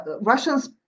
russians